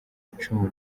icumu